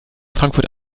frankfurt